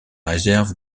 réserve